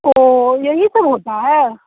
ओह यही सब होता है